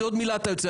עוד מילה אתה יוצא.